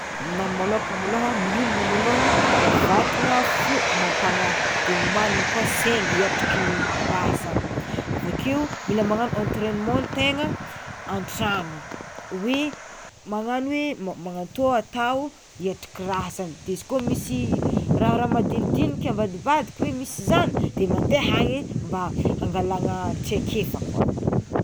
Aminah magnokana malôha miomagna malôha vantana fo amam-pagnaha de omanigny koa saigny hiatriky raha zany, avakeo mila magnagno entrainement antegna an-tragno, hoy magnagno hoy magnagno tô atao hiatriky raha zany, izy kô misy raha raha madinidiniky avadibadiky hoe misy zany de mande agny mba hagnalana traikefa.